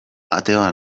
ateoa